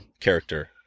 character